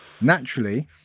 Naturally